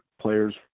players